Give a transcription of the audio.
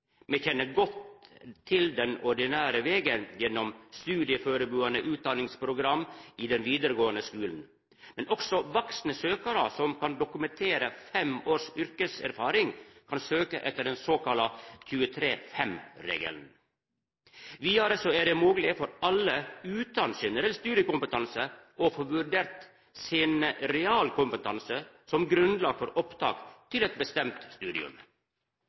Me kjenner godt til den ordinære vegen gjennom studieførebuande utdanningsprogram i den vidaregåande skulen, men også vaksne søkarar som kan dokumentera fem års yrkeserfaring, kan søka etter den såkalla 23/5-regelen. Vidare er det mogleg for alle utan generell studiekompetanse å få vurdert sin realkompetanse som grunnlag for opptak til eit bestemt